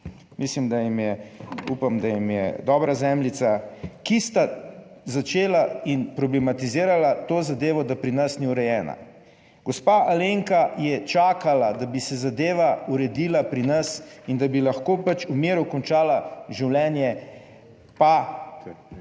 mislim, da jim je, upam, da jim je dobra zemljica, ki sta začela in problematizirala to zadevo, da pri nas ni urejena. Gospa Alenka je čakala, da bi se zadeva uredila pri nas in da bi lahko pač v miru končala življenje, pa